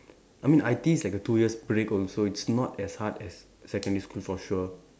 I mean I_T_E is like a two years break also it's not as hard as secondary school for sure